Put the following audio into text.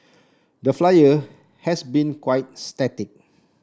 the Flyer has been quite static